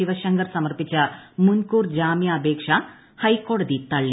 ശിവശങ്കർ സമർപ്പിച്ച മുൻകൂർ ജാമ്യാപേക്ഷ ഹൈക്കോടതി തള്ളി